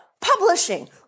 Publishing